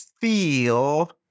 feel